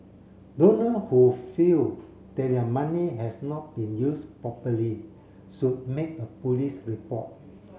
donor who feel that their money has not been used properly should make a police report